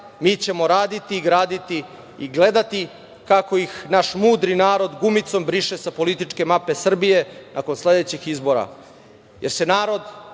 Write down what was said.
mi ćemo raditi i graditi i gledati kako ih naš mudri narod gumicom briše sa političke mape Srbije nakon sledećih izbora, jer se narod